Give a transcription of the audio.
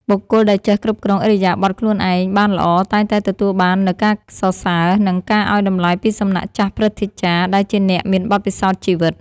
បុគ្គលដែលចេះគ្រប់គ្រងឥរិយាបថខ្លួនឯងបានល្អតែងតែទទួលបាននូវការសរសើរ និង ការឱ្យតម្លៃពីសំណាក់ចាស់ព្រឹទ្ធាចារ្យដែលជាអ្នកមានបទពិសោធន៍ជីវិត។